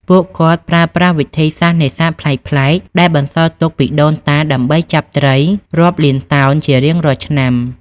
ពួកគាត់ប្រើប្រាស់វិធីសាស្ត្រនេសាទប្លែកៗដែលបន្សល់ទុកពីដូនតាដើម្បីចាប់ត្រីរាប់លានតោនជារៀងរាល់ឆ្នាំ។